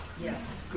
Yes